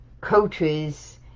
coaches